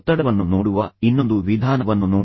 ಒತ್ತಡವನ್ನು ನೋಡುವ ಇನ್ನೊಂದು ವಿಧಾನವನ್ನು ನೋಡಿ